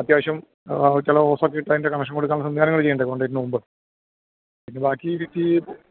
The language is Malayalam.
അത്യാവശ്യം ചില ഓസെക്കെ ഇട്ടതിന്റെ കണക്ഷന് കൊടുക്കാന് സംവിധാനങ്ങൾ ചെയ്യണ്ടേ അതുകൊണ്ട് ഇതിന് മുമ്പ് പിന്നെ ബാക്കി ഒരിച്ചീ